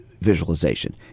visualization